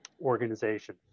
organization